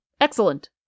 Excellent